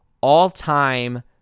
all-time